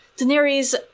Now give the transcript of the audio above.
Daenerys